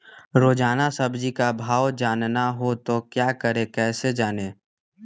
रोजाना सब्जी का भाव जानना हो तो क्या करें कैसे जाने?